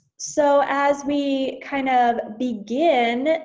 so as we kind of begin,